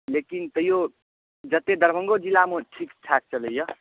लेकिन तैओ जतेक दरभंगो जिलामे ठीक ठाक चलैए